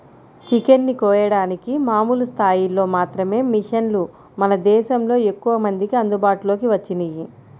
chicken ని కోయడానికి మామూలు స్థాయిలో మాత్రమే మిషన్లు మన దేశంలో ఎక్కువమందికి అందుబాటులోకి వచ్చినియ్యి